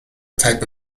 type